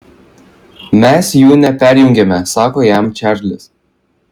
mes jų neperjungiame sako jam čarlis